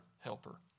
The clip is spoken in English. helper